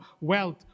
wealth